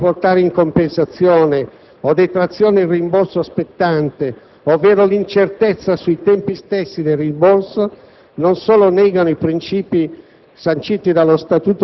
Quindi, l'impossibilità di portare in compensazione o in detrazione il rimborso spettante, ovvero l'incertezza sui tempi stessi del rimborso non solo negano i principi